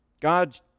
God